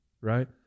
right